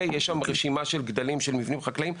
יש שם רשימה של גדלים של מבנים חקלאיים,